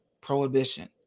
prohibition